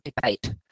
debate